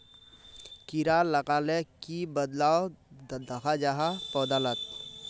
कीड़ा लगाले की बदलाव दखा जहा पौधा लात?